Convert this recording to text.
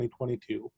2022